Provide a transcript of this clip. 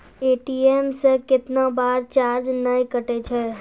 ATM से कैतना बार चार्ज नैय कटै छै?